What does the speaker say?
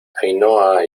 ainhoa